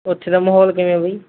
ਉੱਥੇ ਦਾ ਮਾਹੌਲ ਕਿਵੇਂ ਆ ਬਾਈ